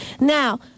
Now